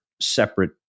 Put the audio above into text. separate